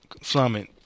Summit